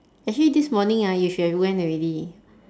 actually this morning ah you should have went already